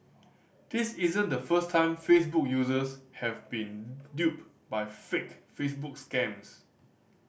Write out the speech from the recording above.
this isn't the first time Facebook users have been duped by fake Facebook scams